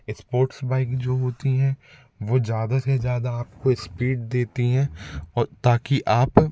sports bike जो होती हैं वो ज़्यादा से ज़्यादा आपको इस्पीड देती हैं और ताकि आप